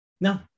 No